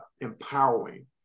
empowering